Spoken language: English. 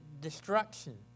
destruction